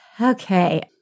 Okay